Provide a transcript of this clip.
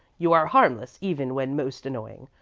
you are harmless even when most annoying.